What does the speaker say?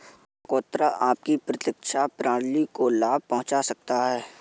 चकोतरा आपकी प्रतिरक्षा प्रणाली को लाभ पहुंचा सकता है